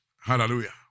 hallelujah